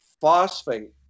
phosphate